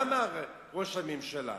מה אמר ראש הממשלה?